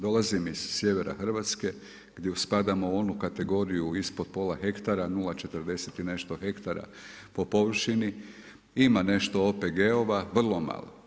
Dolazim iz sjevera Hrvatske gdje spadamo u onu kategoriju ispod pola hektara 0,40 i nešto hektara po površini, ima nešto OPG-ova vrlo malo.